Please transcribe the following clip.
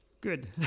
Good